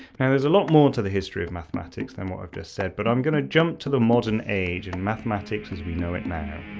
and there is a lot more to the history of mathematics then what i have just said, but i'm gonna jump to the modern age and mathematics as we know it now.